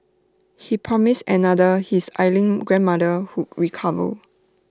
he promised another his ailing grandmother would recover